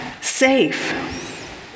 safe